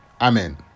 amen